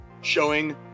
showing